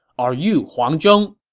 are you huang zhong?